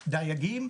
דייגים.